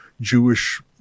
Jewish